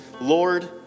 Lord